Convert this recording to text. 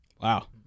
Wow